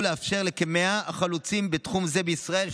לאפשר לכ-100 החלוצים בתחום זה בישראל,